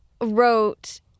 wrote